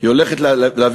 טוב,